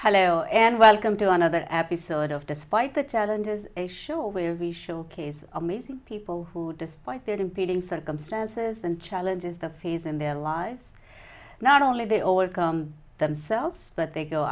hello and welcome to another episode of despite the challenge is a show where we showcase amazing people who despite their competing circumstances and challenges the phase in their lives not only they overcome themselves but they go